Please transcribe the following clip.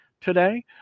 today